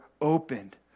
opened